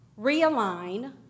Realign